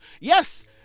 Yes